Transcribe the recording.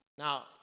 Now